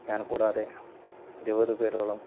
ഞാൻ കൂടാതെ ഇരുപത് പേരോളം